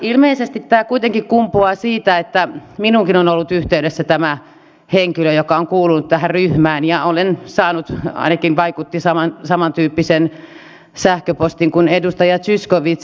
ilmeisesti tämä kuitenkin kumpuaa siitä kun minuunkin on ollut yhteydessä tämä henkilö joka on kuulunut tähän ryhmään ja olen saanut ainakin vaikutti siltä samantyyppisen sähköpostin kuin edustaja zyskowicz